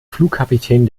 flugkapitän